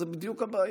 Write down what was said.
זו בדיוק הבעיה.